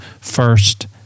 first